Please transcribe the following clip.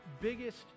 biggest